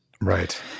Right